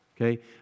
okay